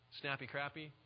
snappy-crappy